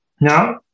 now